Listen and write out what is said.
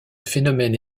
phénomène